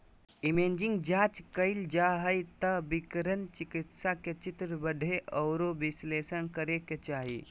imaging जांच कइल जा हइ त विकिरण चिकित्सक के चित्र पढ़े औरो विश्लेषण करे के चाही